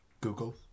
Google